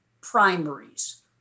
primaries